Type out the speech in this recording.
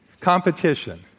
Competition